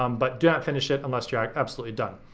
um but do not finish it unless you're absolutely done.